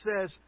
says